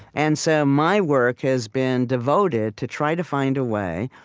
and so my work has been devoted to try to find a way,